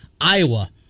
Iowa